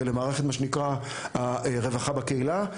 ולמערכת של מה שנקרא רווחה בקהילה.